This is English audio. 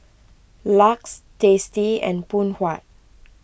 Lux Tasty and Phoon Huat